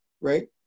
right